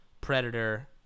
predator